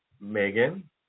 Megan